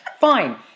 Fine